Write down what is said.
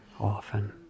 often